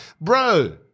Bro